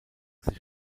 sich